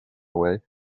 way